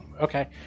Okay